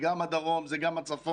זה גם הדרום, זה גם הצפון,